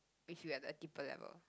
with you at a deeper level